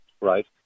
Right